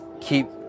keep